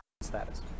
status